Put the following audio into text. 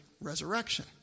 resurrection